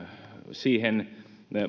siihen